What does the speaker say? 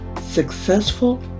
successful